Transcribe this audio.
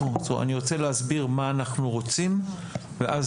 אני רוצה להסביר מה אנחנו רוצים ואז